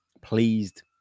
pleased